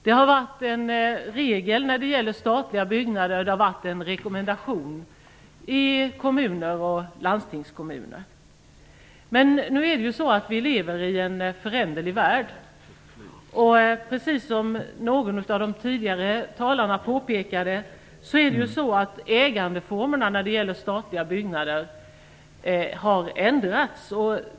Det har varit en regel för statliga byggnader, och det har varit en rekommendation i kommuner och landstingskommuner. Nu lever vi ju i en föränderlig värld. Precis som någon av de tidigare talarna påpekade har ägandeformerna när det gäller statliga byggnader ändrats.